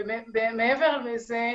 מעבר לזה,